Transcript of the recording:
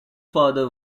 father